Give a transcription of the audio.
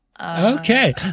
Okay